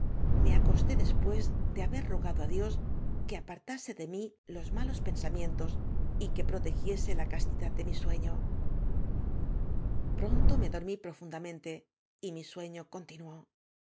me acosté después de haber rogado á dios que apar tase de mí los malos pensamientos y que prote giese la castidad de mi sueno pronto me dormí profundamente y m i sueño continuó